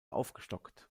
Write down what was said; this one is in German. aufgestockt